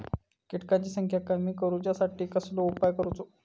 किटकांची संख्या कमी करुच्यासाठी कसलो उपाय करूचो?